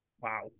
wow